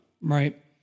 Right